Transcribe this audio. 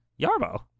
Yarbo